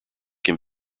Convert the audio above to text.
can